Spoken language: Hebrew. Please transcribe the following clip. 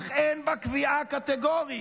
אך אין בה קביעה קטגורית.